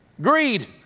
Greed